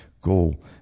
goal